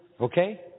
Okay